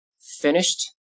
finished